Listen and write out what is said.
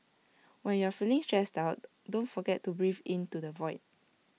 when you are feeling stressed out don't forget to breathe into the void